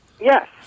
Yes